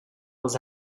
els